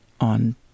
on